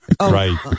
Right